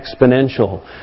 exponential